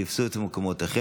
תפסו את מקומותיכם.